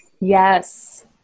Yes